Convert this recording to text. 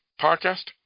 podcast